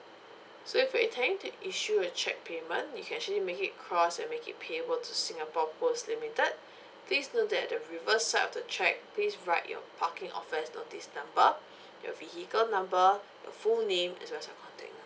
so if you're intending to issue a check payment you can actually make it crossed and make it payable to singapore post limited please note that the reverse side of the check please write your parking offense notice number your vehicle number you full name as well as your contact num~